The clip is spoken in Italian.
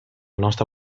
nostra